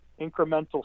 incremental